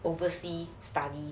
oversea study